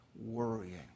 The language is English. worrying